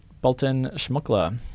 Bolton-Schmuckler